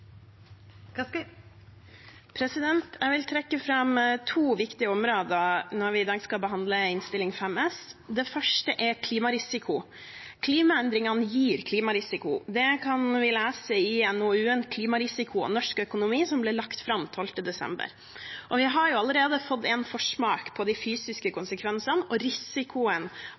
Jeg vil trekke fram to viktige områder når vi i dag skal behandle Innst. 5 S. Det første er klimarisiko. Klimaendringene gir klimarisiko. Det kan vi lese i NOU-en Klimarisiko og norsk økonomi, som ble lagt fram 12. desember. Og vi har allerede fått en forsmak på risikoen og de fysiske konsekvensene